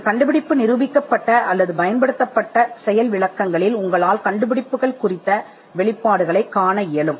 ஒரு கண்டுபிடிப்பு நிரூபிக்கப்பட்ட அல்லது பயன்படுத்தக்கூடிய ஆர்ப்பாட்டங்களில் வெளிப்பாடுகளை நீங்கள் காணலாம்